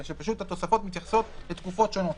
אלא שפשוט התוספות מתייחסות לתקופות שונות.